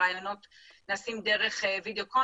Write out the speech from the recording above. הראיונות נעשים בשיתוף בווידאו,